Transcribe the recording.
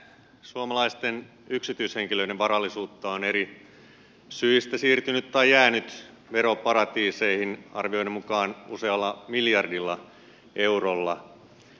suomalaisten yksityishenkilöiden varallisuutta on eri syistä siirtynyt tai jäänyt veroparatiiseihin arvioiden mukaan useita miljardeja euroja